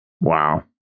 Wow